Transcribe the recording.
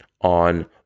on